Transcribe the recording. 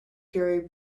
gary